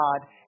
God